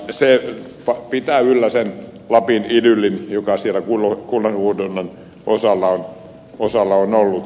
se pitää yllä sen lapin idyllin joka siellä kullanhuuhdonnan osalla on ollut